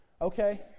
Okay